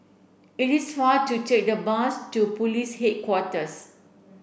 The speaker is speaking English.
it is far to take the bus to Police Headquarters